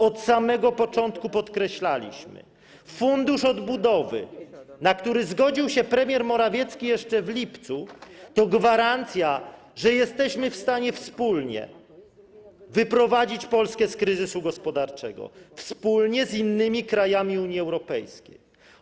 Od samego początku podkreślaliśmy: fundusz odbudowy, na który zgodził się premier Morawiecki jeszcze w lipcu, to gwarancja, że jesteśmy w stanie wspólnie wyprowadzić Polskę z kryzysu gospodarczego - wspólnie z innymi krajami Unii Europejskiej.